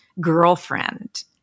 girlfriend